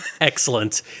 Excellent